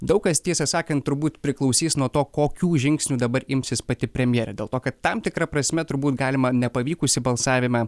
daug kas tiesą sakant turbūt priklausys nuo to kokių žingsnių dabar imsis pati premjerė dėl to kad tam tikra prasme turbūt galima nepavykusį balsavimą